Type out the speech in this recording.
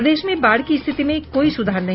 प्रदेश में बाढ़ की स्थिति में कोई सुधार नहीं